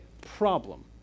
problem